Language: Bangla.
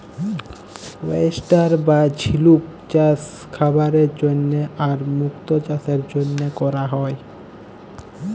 ওয়েস্টার বা ঝিলুক চাস খাবারের জন্হে আর মুক্ত চাসের জনহে ক্যরা হ্যয়ে